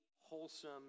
wholesome